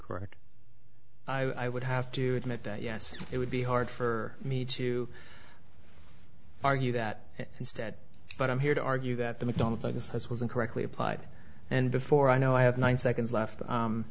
correct i would have to admit that yes it would be hard for me to argue that instead but i'm here to argue that the middle of august as was incorrectly applied and before i know i have nine seconds left